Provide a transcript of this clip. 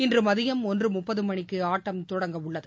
இன்று மதியம் ஒன்று முப்பது மணிக்கு ஆட்டம் தொடங்கவுள்ளது